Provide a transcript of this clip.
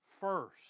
first